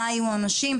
מה היו העונשים,